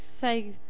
say